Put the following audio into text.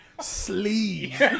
Sleeve